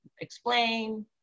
explain